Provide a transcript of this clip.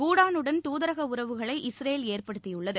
பூடானுடன் தூதரக உறவுகளை இஸ்ரேல் ஏற்படுத்தியுள்ளது